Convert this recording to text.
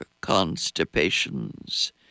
constipations